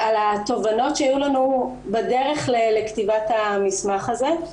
התובנות שהיו לנו בדרך לכתיבת המסמך הזה,